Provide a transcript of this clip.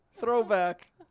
Throwback